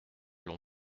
l’on